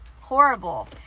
horrible